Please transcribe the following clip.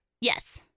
Yes